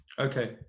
Okay